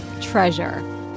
treasure